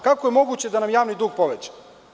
Kako je moguće da nam je javni dug povećan?